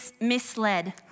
misled